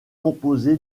composé